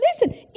Listen